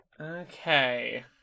Okay